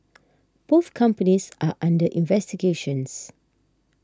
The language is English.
both companies are under investigation